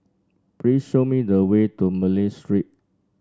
please show me the way to Malay Street